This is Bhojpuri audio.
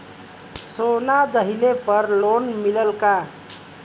सोना दहिले पर लोन मिलल का?